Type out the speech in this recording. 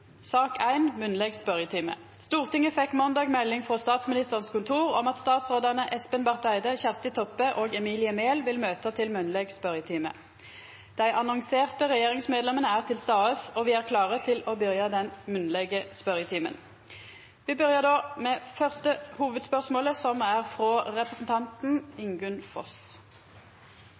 Stortinget fekk måndag melding frå Statsministerens kontor om at statsrådane Espen Barth Eide, Kjersti Toppe og Emilie Mehl vil møta til munnleg spørjetime. Dei annonserte regjeringsmedlemene er til stades, og me er klare til å byrja den munnlege spørjetimen. Me startar då med det fyrste hovudspørsmålet, som er frå representanten Ingunn Foss.